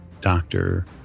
doctor